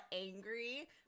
angry